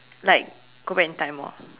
like go back in time orh